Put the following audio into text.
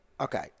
Okay